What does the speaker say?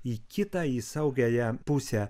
į kitą į saugiąją pusę